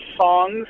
songs